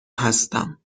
هستم